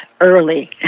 early